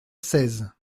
seize